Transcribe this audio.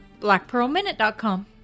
blackpearlminute.com